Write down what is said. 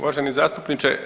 Uvaženi zastupniče.